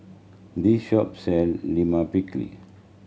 this shop sell Lime Pickle